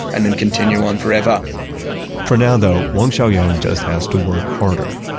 and then continue on forever for now, though wang xiaoyang just has to work harder,